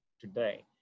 today